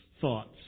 thoughts